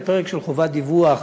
הפרק של חובת דיווח